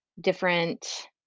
Different